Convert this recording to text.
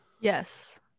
Yes